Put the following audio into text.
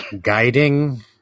Guiding